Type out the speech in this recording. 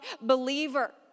believer